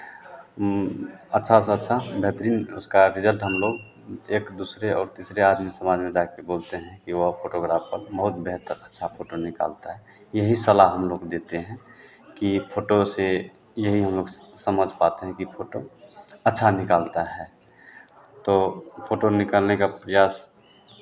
अच्छा से अच्छा बेहतरीन उसका रिज़ल्ट हम लोग एक दुसरे और तीसरे आदमी समाज में जाके बोलते हैं कि वो फोटोग्राफर बहुत बेहतर अच्छा फोटो निकालता है यही सलाह हम लोग देते हैं कि फोटो से यही हम लोग समझ पाते हैं कि फोटो अच्छा निकालता है तो फोटो निकालने का प्रयास